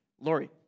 Lori